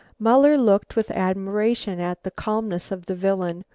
muller looked with admiration at the calmness of the villain,